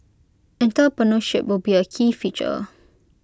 entrepreneurship would be A key feature